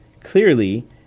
Clearly